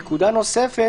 נקודה נוספת